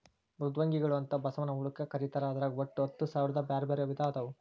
ಮೃದ್ವಂಗಿಗಳು ಅಂತ ಬಸವನ ಹುಳಕ್ಕ ಕರೇತಾರ ಅದ್ರಾಗ ಒಟ್ಟ ಹತ್ತಸಾವಿರ ಬ್ಯಾರ್ಬ್ಯಾರೇ ವಿಧ ಅದಾವು